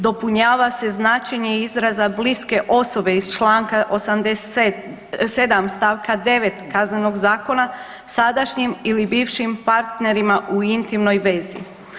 Dopunjava se značenje izraza bliske osobe iz članka 87. stavka 9. Kaznenog zakona sadašnjim ili bivšim partnerima u intimnoj vezi.